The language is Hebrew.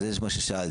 וזה מה ששאלתי.